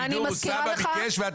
שני חברים ומשקיף.